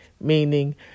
meaning